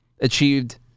achieved